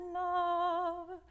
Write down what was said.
love